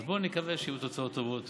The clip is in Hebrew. אז בואו נקווה שיהיו תוצאות טובות.